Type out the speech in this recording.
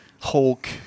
Hulk